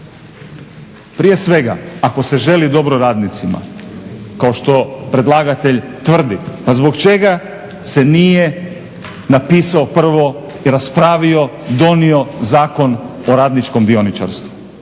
Prije svega, ako se želi dobro radnicima kao što predlagatelj tvrdi. Pa zbog čega se nije napisao prvo i raspravio, donio Zakon o radničkom dioničarstvu?